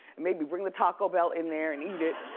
maybe bring the taco bell in there and eat it.